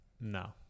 No